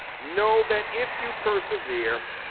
know that if you persevere,